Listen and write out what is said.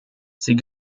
sie